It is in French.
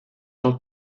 jean